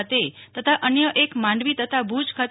ખાતે તથા અન્ય એક માંડવી તથા ભુજ ખાતે